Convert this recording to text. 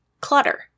clutter